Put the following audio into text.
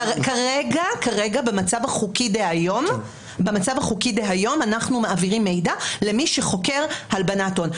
כרגע במצב החוקי דהיום אנחנו מעבירים מידע למי שחוקר הלבנת הון.